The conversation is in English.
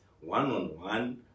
one-on-one